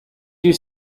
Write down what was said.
you